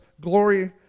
glory